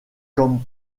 comme